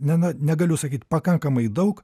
ne negaliu sakyt pakankamai daug